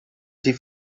die